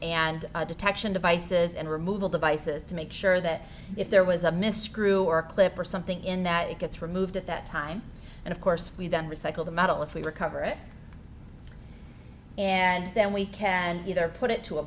and detection devices and removal devices to make sure that if there was a mystery were a clip or something in that it gets removed at that time and of course we then recycle the metal if we recover it and then we can either put it to a